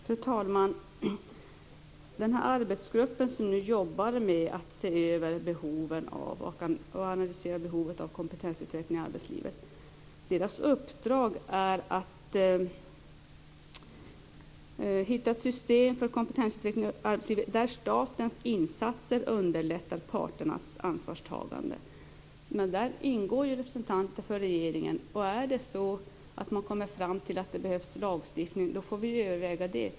Fru talman! Den arbetsgrupp som nu ser över och analyserar behovet av kompetensutveckling i arbetslivet har i uppdrag att hitta ett system för kompetensutveckling i arbetslivet där statens insatser underlättar parternas ansvarstagande. I arbetsgruppen ingår också representanter för regeringen. Om man kommer fram till att det behövs en lagstiftning får vi överväga det.